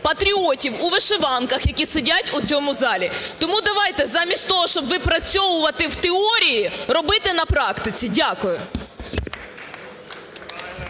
патріотів у вишиванках, які сидять у цьому залі. Тому давайте замість того, щоб випрацьовувати в теорії, робити на практиці. Дякую.